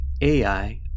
AI